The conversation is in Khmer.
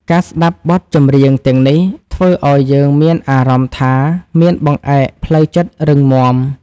ការស្ដាប់បទចម្រៀងទាំងនេះ ធ្វើឱ្យយើងមានអារម្មណ៍ថាមានបង្អែកផ្លូវចិត្តរឹងមាំ។